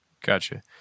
gotcha